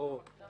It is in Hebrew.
בין